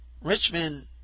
Richmond